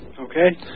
okay